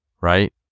right